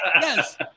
Yes